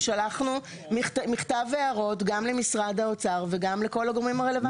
שלחנו מכתב הערות גם למשרד האוצר וגם לכל הגורמים הרלוונטיים.